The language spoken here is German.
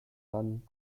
landen